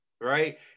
right